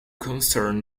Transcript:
concerned